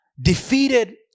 defeated